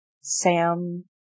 Sam